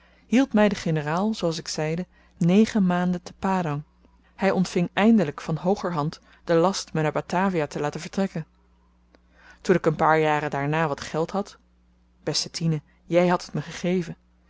hield my de generaal zooals ik zeide negen maanden te padang hy ontving eindelyk van hooger hand den last me naar batavia te laten vertrekken toen ik een paar jaren daarna wat geld had beste tine jy hadt het me gegeven